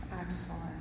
Excellent